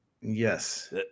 Yes